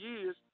years